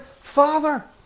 Father